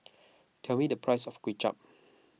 tell me the price of Kuay Chap